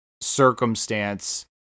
circumstance